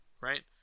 right